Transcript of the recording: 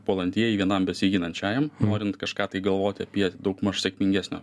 puolantieji vienam besiginančiajam norint kažką tai galvoti apie daugmaž sėkmingesnio